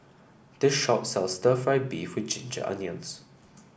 this shop sells stir fry beef with Ginger Onions